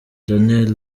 daniel